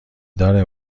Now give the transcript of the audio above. دار